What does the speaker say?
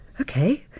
okay